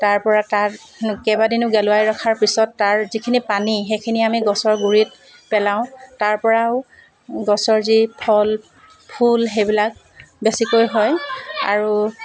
তাৰপৰা তাৰ কেইবাদিনো গেলোৱাই ৰখাৰ পিছত তাৰ যিখিনি পানী সেইখিনি আমি গছৰ গুড়িত পেলাওঁ তাৰপৰাও গছৰ যি ফল ফুল সেইবিলাক বেছিকৈ হয় আৰু